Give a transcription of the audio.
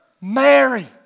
Mary